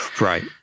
Right